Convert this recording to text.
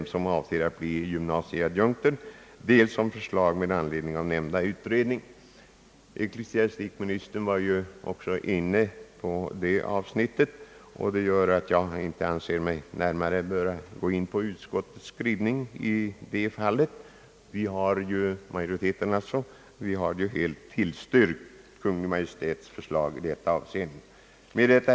Ecklesiastikministern har i sitt anförande behandlat detta avsnitt, vilket gör att jag inte anser mig nu närmare böra kommentera utskottets skrivning i detta fall. Utskottsmajoriteten har helt tillstyrkt Kungl. Maj:ts förslag i detta avseende. Herr talman!